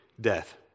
death